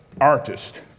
artist